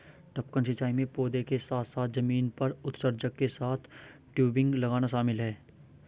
टपकन सिंचाई में पौधों के साथ साथ जमीन पर उत्सर्जक के साथ टयूबिंग लगाना शामिल है